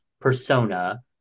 persona